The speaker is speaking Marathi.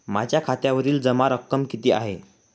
माझ्या खात्यावरील जमा रक्कम किती आहे?